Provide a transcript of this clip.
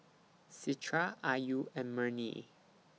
Citra Ayu and Murni